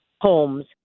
homes